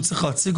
חשוב לי לומר